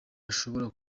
ashobora